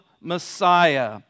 Messiah